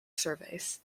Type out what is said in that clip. surveys